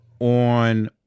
on